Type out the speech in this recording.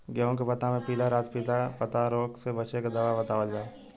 गेहूँ के पता मे पिला रातपिला पतारोग से बचें के दवा बतावल जाव?